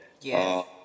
Yes